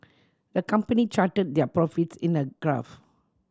the company charted their profits in a graph